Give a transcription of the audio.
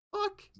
Fuck